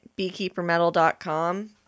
Beekeepermetal.com